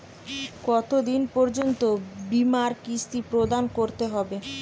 কতো দিন পর্যন্ত বিমার কিস্তি প্রদান করতে হবে?